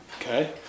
Okay